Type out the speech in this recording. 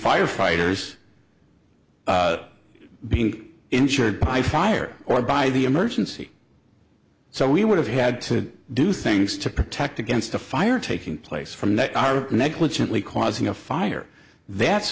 firefighters being insured by fire or by the emergency so we would have had to do things to protect against a fire taking place from that article negligently causing a fire that's